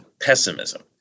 pessimism